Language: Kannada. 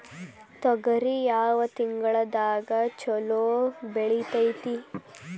ತೊಗರಿ ಯಾವ ತಿಂಗಳದಾಗ ಛಲೋ ಬೆಳಿತೈತಿ?